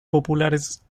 populares